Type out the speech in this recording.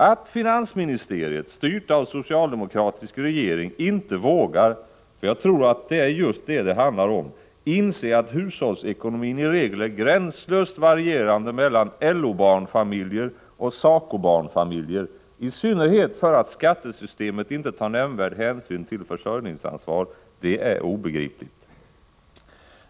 Att finansministeriet, styrt av socialdemokratisk regering, inte vågar — för jag tror att det är just det det handlar om — inse att hushållsekonomin i regel är gränslöst varierande mellan LO-barnfamiljer och SACO-barnfamiljer, i synnerhet för att skattesystemet inte tar nämnvärd hänsyn till försörjningsansvar, det är obegripligt.